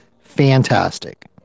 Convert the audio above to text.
fantastic